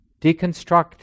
deconstruct